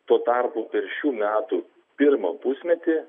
tuo tarpu per šių metų pirmą pusmetį